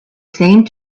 same